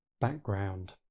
Background